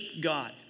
God